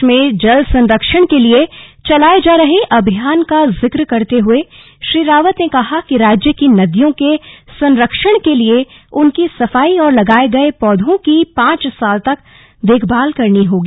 प्रदेश में जल संरक्षण के लिए चलाए जा रहे अभियान का जिक्र करते हुए श्री रावत ने कहा कि राज्य की नदियों के संरक्षण के लिए उनकी सफाई और लगाए गए पौधों की पांच साल तक देखभाल करनी होगी